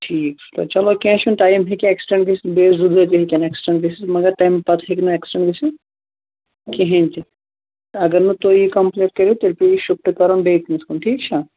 ٹھیٖک چھُ چَلو کیٚنٛہہ چھُنہٕ ٹایم ہیٚکہِ ایٚکسٹینٛڈ گٔژھِتھ بیٚیہِ زٕ دۅہ تہِ ہیٚکن ایٚکِسٹینٛڈ گٔژھِتھ مَگر تَمہِ پَتہٕ ہیٚکہِ نہٕ ایٚکِسٹینٛڈ گٔژھِتھ کِہیٖنٛۍ تہِ اَگر نہٕ تُہۍ یہِ کَمپٕلیٖٹ کٔرِو تیٚلہِ پیٚوٕ شِفٹ کَرُن بیٚیہِ کٲنٛسہِ کُن ٹھیٖک چھا